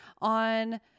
on